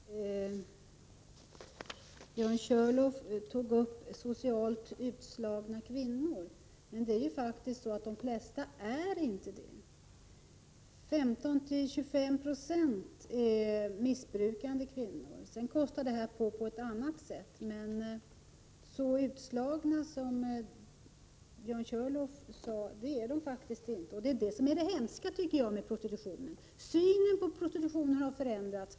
Herr talman! Björn Körlof tog upp frågan om socialt utslagna kvinnor. Men de flesta är inte utslagna. 15-25 26 är missbrukande kvinnor. Därmed kostar denna vandel på även på ett annat sätt. Men så utslagna som Björn Körlof sade är de faktiskt inte. Och det är det som är det hemska med prostitutionen, tycker jag. Synen på prostitutionen har förändrats.